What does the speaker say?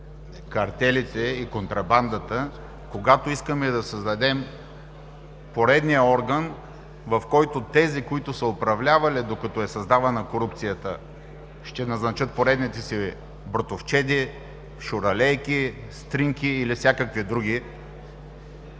когато искаме да създадем поредния орган, в който тези, които са управлявали, докато е създавана корупцията, ще назначат поредните си братовчеди, шуралейки, стринки или всякакви други?